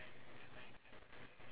iya